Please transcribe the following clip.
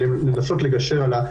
אלא זה הוצאה לפועל של ההמלצות האלה.